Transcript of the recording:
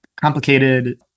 complicated